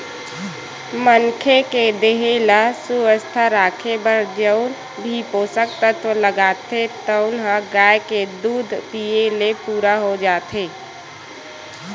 मनखे के देहे ल सुवस्थ राखे बर जउन भी पोसक तत्व लागथे तउन ह गाय के दूद पीए ले पूरा हो जाथे